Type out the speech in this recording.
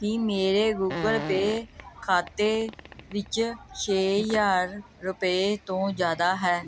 ਕੀ ਮੇਰੇ Google Pay ਖਾਤੇ ਵਿੱਚ ਛੇ ਹਜ਼ਾਰ ਰੁਪਏ ਤੋਂ ਜ਼ਿਆਦਾ ਹੈ